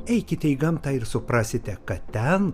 eikite į gamtą ir suprasite kad ten